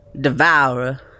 devourer